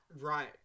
right